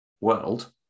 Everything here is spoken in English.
world